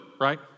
right